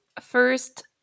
First